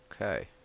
Okay